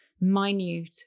minute